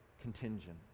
contingent